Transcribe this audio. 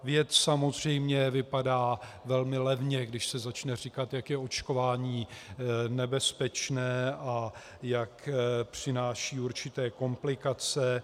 Věc samozřejmě vypadá velmi levně, když se začne říkat, jak je očkování nebezpečné a jak přináší určité komplikace.